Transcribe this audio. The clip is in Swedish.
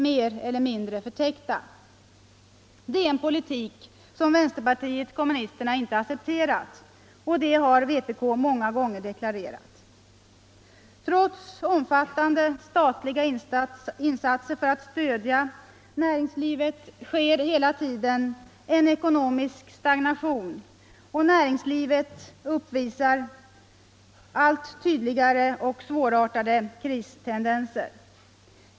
Det är en politik som vänsterpartiet kommunisterna inte accepterat, och det har vpk många gånger deklarerat. Trots omfattande statliga insatser för att stödja näringslivet sker hela tiden en ekonomisk stagnation och näringslivet uppvisar allt tydligare och mer svårartade kristendenser.